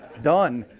done.